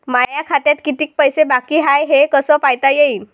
माया खात्यात कितीक पैसे बाकी हाय हे कस पायता येईन?